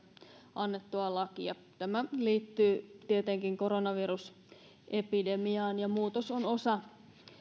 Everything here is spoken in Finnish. annettua lakia tämä liittyy tietenkin koronavirusepidemiaan ja muutos on osa